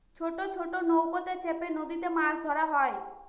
ছোট ছোট নৌকাতে চেপে নদীতে মাছ ধরা হয়